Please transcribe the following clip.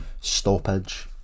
stoppage